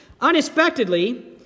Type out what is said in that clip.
Unexpectedly